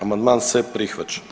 Amandman se prihvaća.